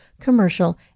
commercial